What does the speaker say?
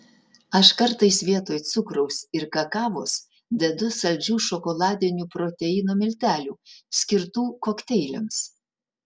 aš kartais vietoj cukraus ir kakavos dedu saldžių šokoladinių proteino miltelių skirtų kokteiliams